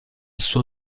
suo